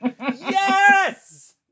Yes